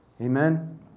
Amen